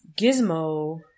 Gizmo